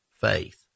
faith